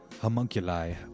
homunculi